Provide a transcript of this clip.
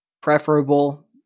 preferable